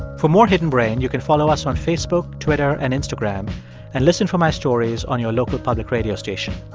for more hidden brain, you can follow us on facebook, twitter and instagram and listen for my stories on your local public radio station